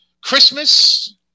Christmas